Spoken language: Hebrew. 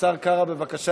השר קרא, בבקשה.